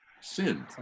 sinned